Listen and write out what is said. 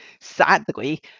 sadly